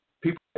People